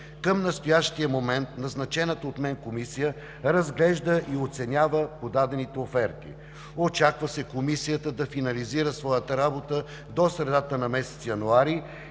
Към настоящия момент назначената от мен комисия разглежда и оценява подадените оферти. Очаква се комисията да финализира своята работа до средата на месец януари